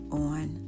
on